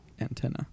Antenna